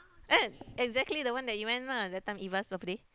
and exactly that one that you went lah that time Eva's birthday